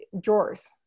drawers